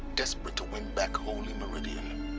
desperate to win back holy meridian